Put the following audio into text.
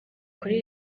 kuri